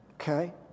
Okay